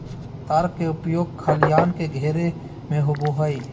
तार के उपयोग खलिहान के घेरे में होबो हइ